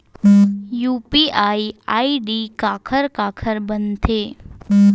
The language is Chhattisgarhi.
यू.पी.आई आई.डी काखर काखर बनथे?